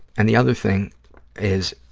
and the other thing is,